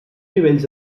nivells